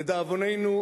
לדאבוננו,